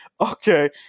Okay